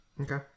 Okay